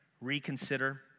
reconsider